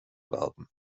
werden